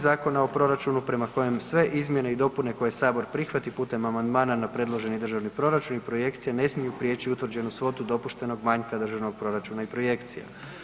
Zakona o proračunu prema kojem sve izmjene i dopune koje Sabor prihvati putem amandmana na predloženi Državni proračun i projekcije, ne smiju preći utvrđenu svotu dopuštenog manjka Državnog proračuna i projekcija.